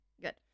Good